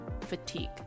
fatigue